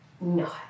No